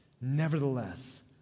Nevertheless